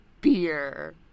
beer